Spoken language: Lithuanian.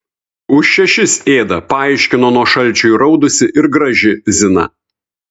už šešis ėda paaiškino nuo šalčio įraudusi ir graži zina